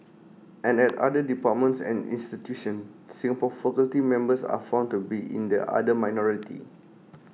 and at other departments and institutions Singaporean faculty members are found to be in the other minority